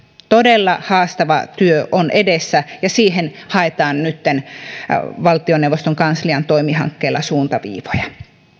todella haastava työ on edessä ja siihen haetaan nyt valtioneuvoston kanslian toimi hankkeella suuntaviivoja